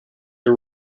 the